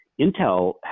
Intel